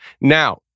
Now